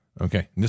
Okay